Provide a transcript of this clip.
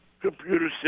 computer